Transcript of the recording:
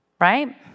right